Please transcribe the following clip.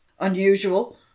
unusual